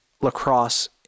lacrosse